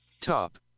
Top